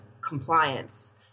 compliance